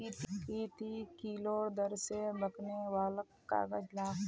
की ती किलोर दर स बिकने वालक काग़ज़ राख छि